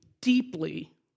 deeply